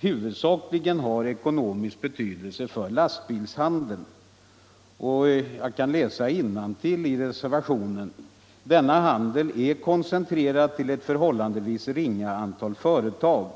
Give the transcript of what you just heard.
huvudsakligen har ekonomisk betydelse för lastbilshandeln. Jag kan läsa innantill i reservationen: ”Denna handel är koncentrerad till ett förhållandevis ringa antal företag.